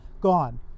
Gone